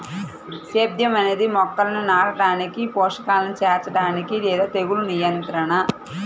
సేద్యం అనేది మొక్కలను నాటడానికి, పోషకాలను చేర్చడానికి లేదా తెగులు నియంత్రణ